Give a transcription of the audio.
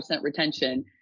retention